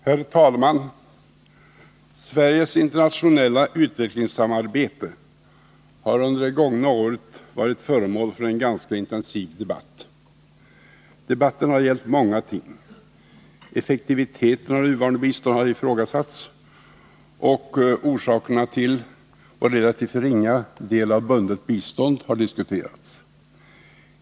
Herr talman! Sveriges internationella utvecklingssamarbete har under det gångna året varit föremål för en ganska intensiv debatt. Debatten har gällt många ting. Effektiviteten av det nuvarande biståndet har ifrågasatts, och orsakerna till vår relativt ringa andel bundet bistånd har diskuterats.